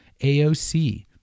AOC